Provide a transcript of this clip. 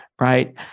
right